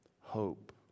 hope